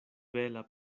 bela